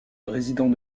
résident